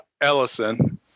Ellison